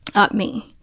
up me.